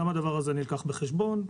גם הדבר הזה נלקח בחשבון.